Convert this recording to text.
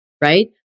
Right